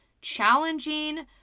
challenging